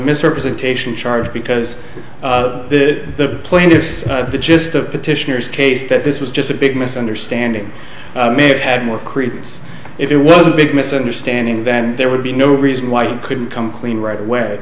misrepresentation charge because the plaintiffs the gist of petitioners case that this was just a big misunderstanding may have had more credence if it was a big misunderstanding then there would be no reason why you couldn't come clean right away